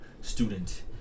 student